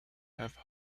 have